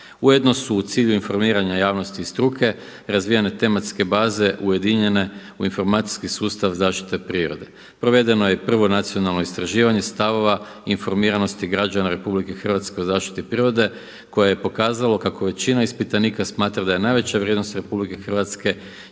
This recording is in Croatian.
Ujedno su u cilju informiranja javnosti i struke razvijene tematske baze ujedinjene u informacijski sustav zaštite prirode. Provedeno je prvo nacionalno istraživanje stavova i informiranosti građana RH o zaštiti prirode koje je pokazalo kako većina ispitanika smatra da je najveća vrijednost RH njena